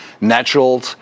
natural